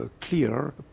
clear